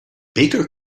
baker